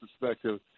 perspective